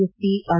SP R